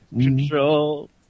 Control